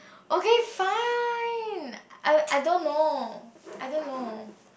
okay fine I I don't know I don't know